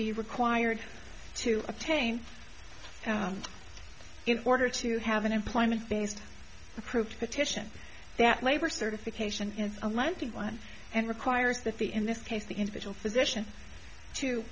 be required to obtain in order to have an employment based approved petition that labor certification is a month to one and requires that the in this case the individual physician to